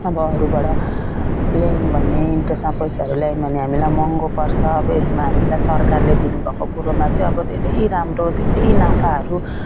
अब अरूबाट ल्यायौँ भने इन्ट्रेस्टमा पैसाहरू ल्यायौँ भने हामीलाई महँगो पर्छ अब यसमा हामीलाई सरकारले दिनुभएको कुरोमा चाहिँ अब धेरै राम्रो धेरै नाफाहरू